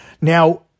Now